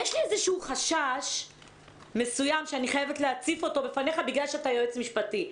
יש לי חשש מסוים שאני חייבת להציף אותו בפניך בגלל שאתה יועץ משפטי.